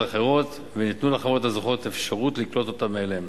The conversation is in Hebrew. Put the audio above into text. אחרות ונתנו לחברות הזוכות אפשרות לקלוט אותם אליהן.